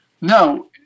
No